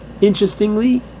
Interestingly